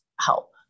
help